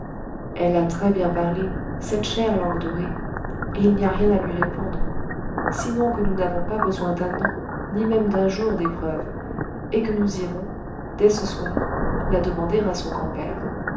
elle a très-bien parlé cette chère langue dorée et il n'y a rien à lui répondre sinon que nous n'avons pas besoin d'un an ni même d'un jour d'épreuve et que nous irons dès ce soir la demander à son grand-père